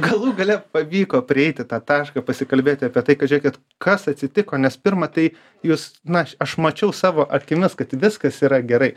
galų gale pavyko prieiti tą tašką pasikalbėti apie tai kad žėkit kas atsitiko nes pirma tai jūs na aš mačiau savo akimis kad viskas yra gerai